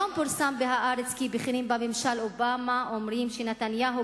היום פורסם ב"הארץ" כי בכירים בממשל אובמה אומרים שנתניהו